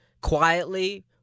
quietly